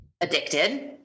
addicted